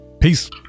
Peace